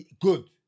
Good